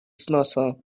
سناسم